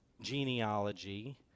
genealogy